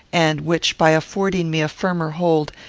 and which, by affording me a firmer hold,